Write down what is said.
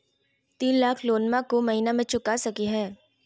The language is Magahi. तीन लाख लोनमा को महीना मे चुका सकी हय?